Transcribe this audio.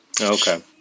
Okay